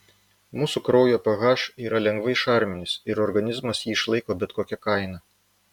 mūsų kraujo ph yra lengvai šarminis ir organizmas jį išlaiko bet kokia kaina